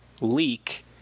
leak